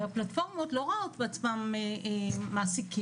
הפלטפורמות לא רואות בעצמן מעסיקים,